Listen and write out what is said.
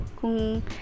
kung